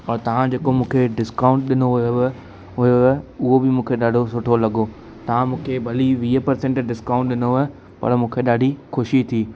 और तव्हां जेको मूंखे डिस्काउंट ॾिनो हुयव उहो उहो बि मूंखे ॾाढो सुठो लॻो था मूंखे भली वीह परसेंट डिस्काउंट ॾिनोव पर मूंखे ॾाढी ख़ुशी थी